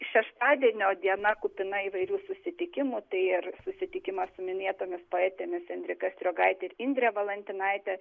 šeštadienio diena kupina įvairių susitikimų tai ir susitikimas su minėtomis poetėmis enrika striogaite ir indre valantinaite